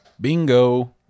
bingo